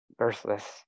birthless